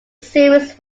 series